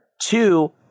Two